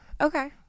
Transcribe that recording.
Okay